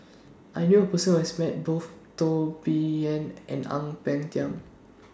I knew A Person Who has Met Both Teo Bee Yen and Ang Peng Tiam